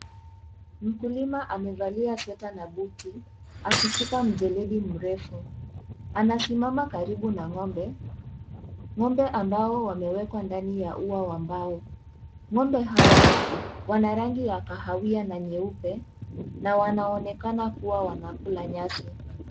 Mkulima amevalia sweta na buti akishika mjeledi mrefu. Anasimama karibu na ng'ombe.Ng'ombe ambao wamewekwa ndani ya ua wa mbao.Ng'ombe hao wana rangi ya kahawia na nyeupe na wanaonekana kuwa wanakula nyasi.